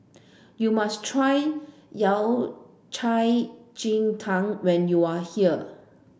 you must try Yao Cai Ji Tang when you are here